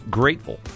grateful